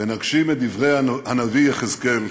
ונגשים את דברי הנביא יחזקאל: